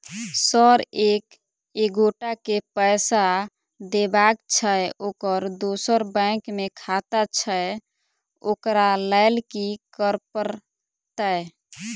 Sir एक एगोटा केँ पैसा देबाक छैय ओकर दोसर बैंक मे खाता छैय ओकरा लैल की करपरतैय?